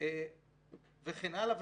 וכן האלה.